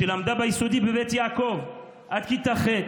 שלמדה ביסודי בבית יעקב עד כיתה ח',